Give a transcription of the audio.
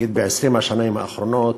נגיד ב-20 השנים האחרונות,